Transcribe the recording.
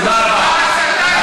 תודה רבה.